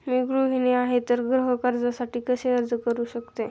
मी गृहिणी आहे तर गृह कर्जासाठी कसे अर्ज करू शकते?